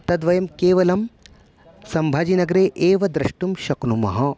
तद्वयं केवलं सम्भाजीनगरे एव द्रष्टुं शक्नुमः